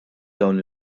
dawn